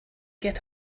get